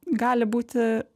gali būti